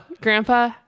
Grandpa